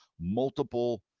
multiple